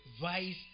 vice